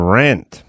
rent